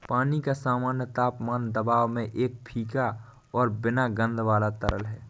पानी का सामान्य तापमान दबाव में एक फीका और बिना गंध वाला तरल है